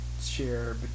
share